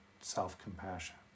self-compassion